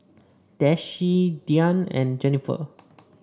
Dezzie Deann and Jenifer